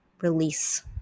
release